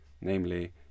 Namely